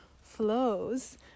flows